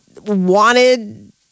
wanted